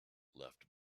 left